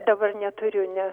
dabar neturiu nes